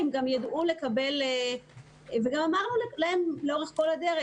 גם אמרנו להם לכל אורך הדרך: